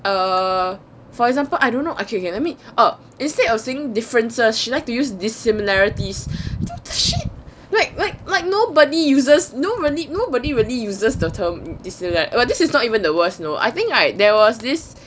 err for example I don't know okay okay let me uh instead of saying differences she like to use dissimilarities what the shit like like like nobody uses no really nobody really uses the term but this is not even the worst you know I think like there was this